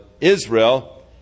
Israel